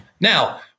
Now